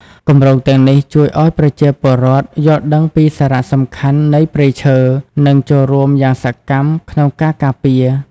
គម្រោងទាំងនេះជួយឱ្យប្រជាពលរដ្ឋយល់ដឹងពីសារៈសំខាន់នៃព្រៃឈើ និងចូលរួមយ៉ាងសកម្មក្នុងការការពារ។